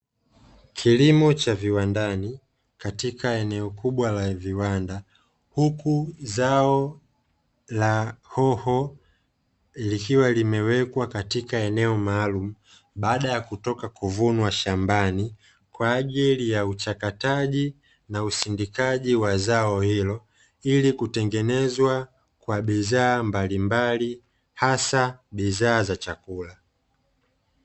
Kilimo cha viwandani katika eneo kubwa la viwanda, huku zao la hoho likiwa limewekwa katika eneo maalumu, baada ya kutoka kuvunwa shambani kwa ajili ya uchakataji na usindikaji wa zao hilo, ili kutengenezwa kwa bidhaa mbalimbali hasa bidhaa za chakula.